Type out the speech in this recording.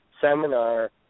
seminar